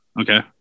okay